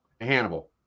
Hannibal